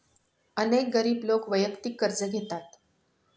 अनेक गरीब लोक वैयक्तिक कर्ज घेतात